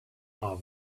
are